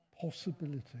possibility